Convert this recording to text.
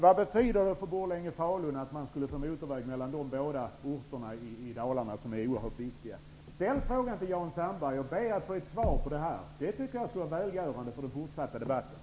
Vad betyder det för Borlänge och Falun att man skulle få motorväg mellan dessa båda orter i Dalarna, som är så oerhört viktiga? Ställ frågan till Jan Sandberg, och be att få ett svar! Det tycker jag skulle vara välgörande för den fortsatta debatten.